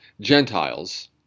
Gentiles